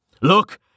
Look